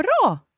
Bra